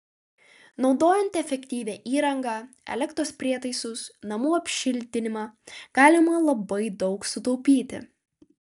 naudojant efektyvią įrangą elektros prietaisus namų apšiltinimą galima labai daug sutaupyti